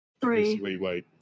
Three